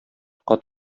кат